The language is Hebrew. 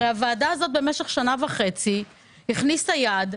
הרי הוועדה הזאת במשך שנה וחצי הכניסה יד,